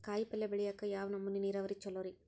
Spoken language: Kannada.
ಕಾಯಿಪಲ್ಯ ಬೆಳಿಯಾಕ ಯಾವ ನಮೂನಿ ನೇರಾವರಿ ಛಲೋ ರಿ?